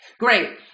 Great